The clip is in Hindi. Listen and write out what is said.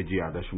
विजयादशनी